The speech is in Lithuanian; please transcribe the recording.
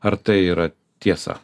ar tai yra tiesa